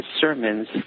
sermons